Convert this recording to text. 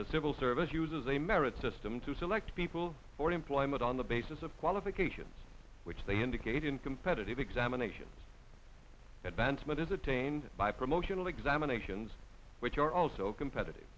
the civil service uses a merit system to select people for employment on the basis of qualifications which they indicate in competitive examinations advancement is attained by promotional examinations which are also competitive